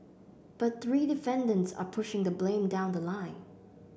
but three defendants are pushing the blame down the line